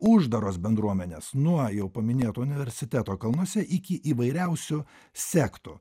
uždaros bendruomenės nuo jau paminėto universiteto kalnuose iki įvairiausių sektų